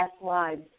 lives